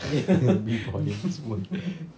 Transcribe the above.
before they just work